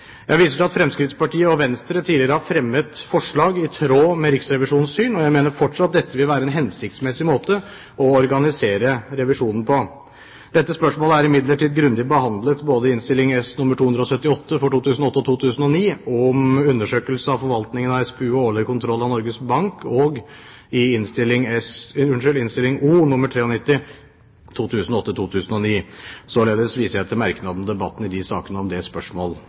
Jeg viser til at Fremskrittspartiet og Venstre tidligere har fremmet forslag i tråd med Riksrevisjonens syn, og jeg mener fortsatt dette vil være en hensiktsmessig måte å organisere revisjonen på. Dette spørsmålet er imidlertid grundig behandlet, både i Innst. S. nr. 278 for 2008–2009 om undersøkelse av forvaltningen av Statens pensjonsfond – Utland, SPU, og om årlig kontroll av Norges Bank og i Innst. O. nr. 93 for 2008–2009. Således viser jeg til merknadene og debattene i de sakene om det spørsmål,